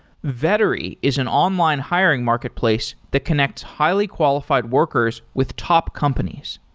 vettery is an online hiring marketplace to connect highly-qualified workers with top companies.